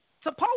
supposed